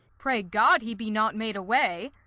pray god, he be not made away.